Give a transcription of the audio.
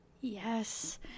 yes